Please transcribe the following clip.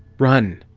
run.